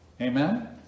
Amen